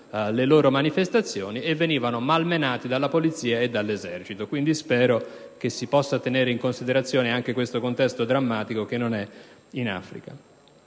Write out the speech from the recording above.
delle loro manifestazioni) e sono stati malmenati dalla polizia e dall'esercito. Spero che si possa tenere in considerazione anche questo contesto drammatico che non è in Africa.